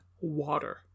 water